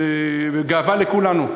וזו גאווה לכולנו.